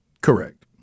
Correct